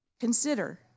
consider